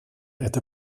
это